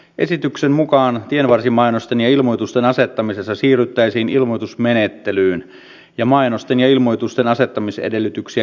esityksen mukaan tienvarsimainosten ja ilmoitusten asettamisessa siirryttäisiin ilmoitusmenettelyyn ja mainosten ja ilmoitusten asettamisedellytyksiä kevennettäisiin